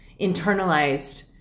internalized